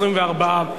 התשס"ט 2009,